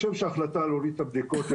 גם לשר יש תוכניות גדולות למשרד הבריאות ובסוף